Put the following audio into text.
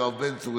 יואב בן צור,